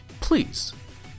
please